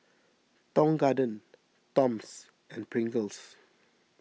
Tong Garden Toms and Pringles